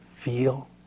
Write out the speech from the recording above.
feel